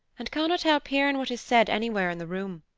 and cannot help hearing what is said anywhere in the room.